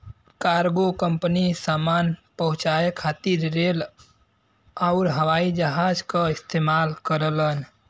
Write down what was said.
cargo company सामान पहुंचाये खातिर रेल आउर हवाई जहाज क इस्तेमाल करलन